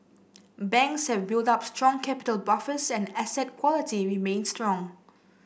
banks have built up strong capital buffers and asset quality remains strong